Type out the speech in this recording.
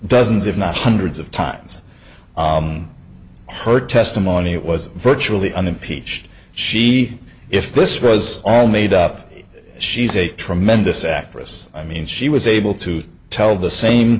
dozens if not hundreds of times her testimony was virtually unimpeached she if this was all made up she's a tremendous actress i mean she was able to tell the same